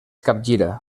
capgira